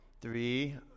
Three